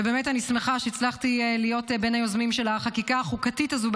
ובאמת אני שמחה שהצלחתי להיות בין היוזמים של החקיקה החוקתית הזו,